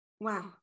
Wow